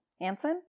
Anson